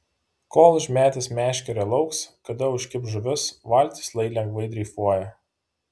kol užmetęs meškerę lauks kada užkibs žuvis valtis lai lengvai dreifuoja